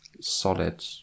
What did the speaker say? solid